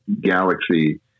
galaxy